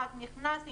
אחד נכנס,